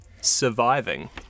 Surviving